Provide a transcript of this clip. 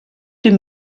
die